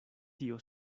tio